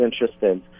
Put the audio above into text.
interested